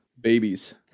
Babies